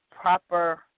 Proper